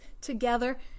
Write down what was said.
together